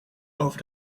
over